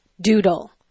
doodle